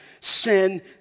sin